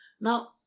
Now